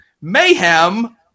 Mayhem